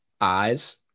eyes